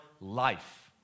life